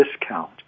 discount